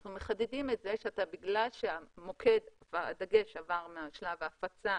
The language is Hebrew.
אנחנו מחדדים את זה שבגלל שהמוקד והדגש עבר משלב ההפצה